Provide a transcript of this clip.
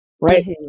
Right